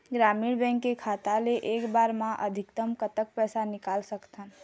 ग्रामीण बैंक के खाता ले एक बार मा अधिकतम कतक पैसा निकाल सकथन?